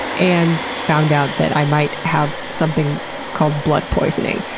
and found out that i might have something called blood poisoning.